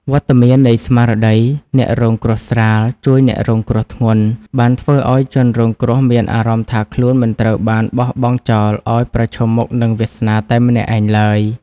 វត្តមាននៃស្មារតី អ្នករងគ្រោះស្រាល ជួយអ្នករងគ្រោះធ្ងន់ បានធ្វើឱ្យជនរងគ្រោះមានអារម្មណ៍ថាខ្លួនមិនត្រូវបានបោះបង់ចោលឱ្យប្រឈមមុខនឹងវាសនាតែម្នាក់ឯងឡើយ។